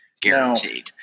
guaranteed